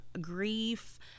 grief